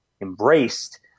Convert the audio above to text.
embraced